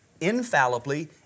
infallibly